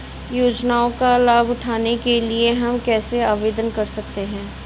योजनाओं का लाभ उठाने के लिए हम कैसे आवेदन कर सकते हैं?